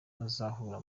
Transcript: azahura